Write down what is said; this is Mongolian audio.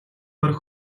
бараг